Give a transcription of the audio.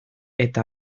eta